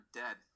dead